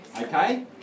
okay